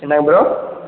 என்னங்க ப்ரோ